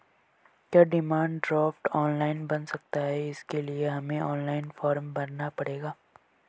क्या demand draft online बन सकता है इसके लिए हमें ऑनलाइन फॉर्म भरना पड़ेगा?